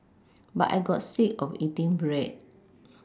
but I got sick of eating bread